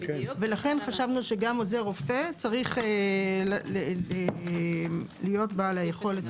ולכן חשבנו שגם עוזר רופא צריך להיות בעל היכולת